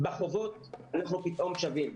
בחובות אנחנו פתאום שווים.